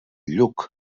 lluc